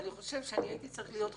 אני חושב שהייתי צריך להיות חילוני,